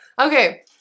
Okay